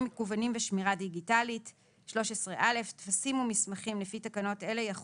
מקוונים ושמירה דיגיטלית 13א. טפסים ומסמכים לפי תקנות אלה יכול